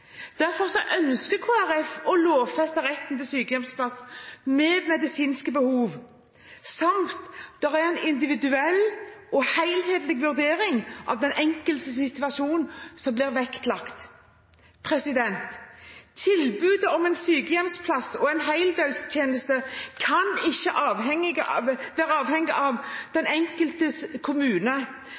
Derfor ønsker Kristelig Folkeparti å lovfeste retten til sykehjemsplass ved medisinske behov samt at en individuell og helhetlig vurdering av den enkeltes situasjon skal vektlegges. Tilbud om en sykehjemsplass og heldøgns tjenester kan ikke være avhengig av den enkeltes kommune